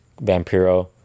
Vampiro